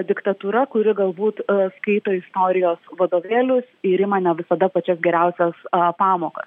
diktatūra kuri galbūt skaito istorijos vadovėlius ir ima ne visada pačias geriausias pamokas